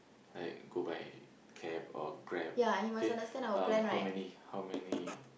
like go by cab or Grab okay um how many how many